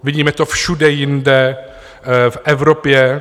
Vidíme to všude jinde v Evropě.